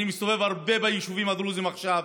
אני מסתובב הרבה ביישובים הדרוזיים עכשיו.